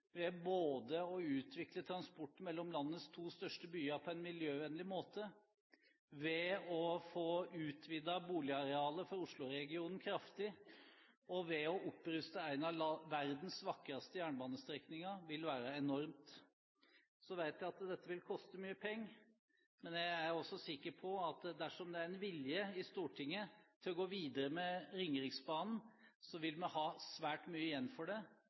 vi at dette vil koste mye penger, men jeg er også sikker på at dersom det er vilje i Stortinget til å gå videre med Ringeriksbanen, vil vi ha svært mye igjen for det.